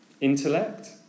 intellect